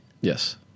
Yes